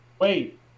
wait